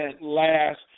last